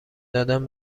دادن